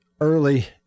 early